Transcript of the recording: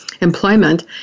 employment